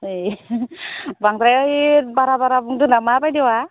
ए बांद्राय बारा बारा बुंदो नामा बाइदेवा